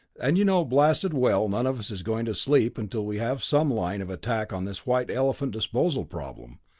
and you know blasted well none of us is going to sleep until we have some line of attack on this white elephant disposal problem.